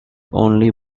only